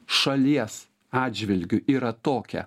šalies atžvilgiu yra tokia